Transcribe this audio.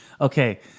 okay